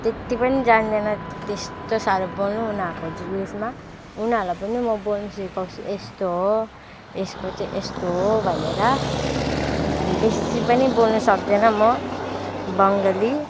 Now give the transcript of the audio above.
त्यति पनि जान्दैन त्यस्तो साह्रो बोल्नु उनीहरूको जे ऊ यसमा उनीहरूलाई पनि म बोल्नु सिकाउँछु यस्तो हो यसको चाहिँ यस्तो हो भनेर अनि बेसी पनि बोल्नु सक्दिनँ म बङ्गाली